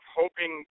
hoping